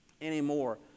anymore